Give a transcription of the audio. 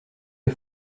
les